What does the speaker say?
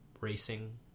racing